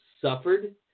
suffered